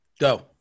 Go